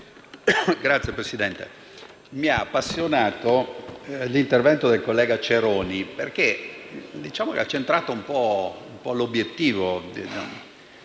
Signor Presidente, mi ha appassionato l'intervento del collega Ceroni, perché ha centrato l'obiettivo